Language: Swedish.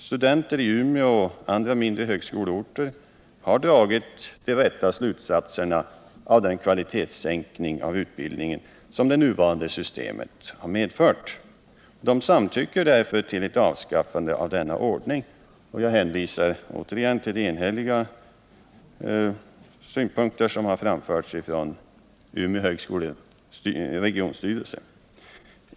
Studenter i Umeå och på andra mindre högskoleorter har dragit de rätta slutsatserna av den kvalitetssänkning av utbildningen som det nuvarande systemet har medfört. De samtycker därför till ett avskaffande av denna ordning. Jag hänvisar återigen till de enhälliga synpunkter som har framförts från Umeå högskoleregions styrelse.